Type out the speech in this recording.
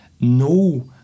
no